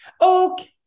Okay